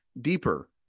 deeper